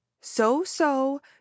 So-so